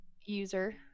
user